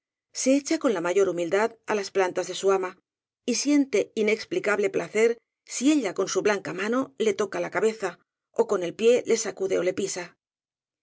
se echa con la mayor humildad á las plantas de su ama y siente inexplicable placer si ella con su blanca mano le toca la cabeza ó con el pie le sacude ó le pisa